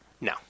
No